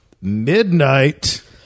midnight